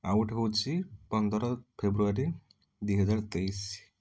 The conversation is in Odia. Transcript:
ଆଉ ଗୋଟେ ହେଉଛି ପନ୍ଦର ଫେବୃଆରୀ ଦୁଇ ହଜାର ତେଇଶ